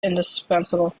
indispensable